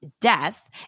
death